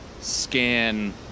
scan